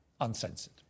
uncensored